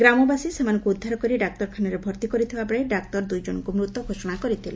ଗ୍ରାମବାସୀ ସେମାନଙ୍କୁ ଉଦ୍ଧାର କରି ଡାକ୍ତରଖାନାରେ ଭର୍ତ୍ତି କରିଥିବା ବେଳେ ଡାକ୍ତର ଦୁଇଜଣଙ୍କୁ ମୃତ ଘୋଷଣା କରିଥିଲେ